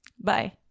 Bye